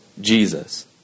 Jesus